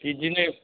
बिदिनो